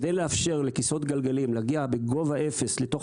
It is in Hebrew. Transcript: כדי לאפשר לכיסאות גלגלים להגיע בגובה אפס לתוך